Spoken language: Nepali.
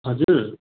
हजुर